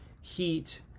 heat